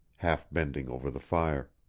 half bending over the fire.